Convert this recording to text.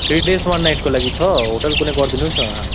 three days one नाइटको लागि छ होटल कुनै गरिदिनुहोस् न